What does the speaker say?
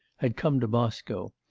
had come to moscow,